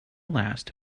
last